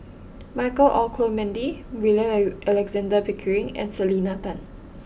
Michael Olcomendy William Alexander Pickering and Selena Tan